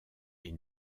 est